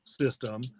system